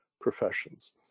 professions